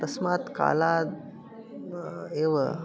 तस्मात् कालाद् एव